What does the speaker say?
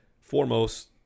Foremost